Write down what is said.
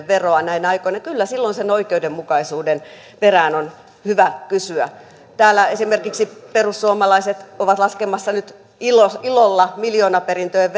veroa näinä aikoina niin kyllä silloin sen oikeudenmukaisuuden perään on hyvä kysyä täällä esimerkiksi perussuomalaiset ovat laskemassa nyt ilolla ilolla miljoonaperintöjen